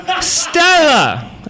Stella